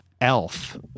Elf